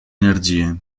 energie